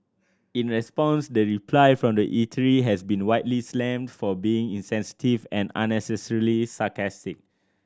in response the reply from the eatery has been widely slammed for being insensitive and unnecessarily sarcastic